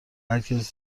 هرکی